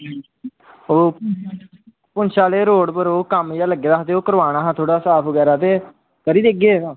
ओह् पुंछ आह्ले रोड उप्पर कम्म जेहा लग्गे दा हा ते ओह् करवाना हा थोह्ड़ा साफ जेहा ते करी देगे